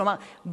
כלומר,